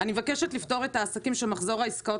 אני מבקשת לפטור את העסקים שמחזור העסקאות